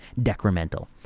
decremental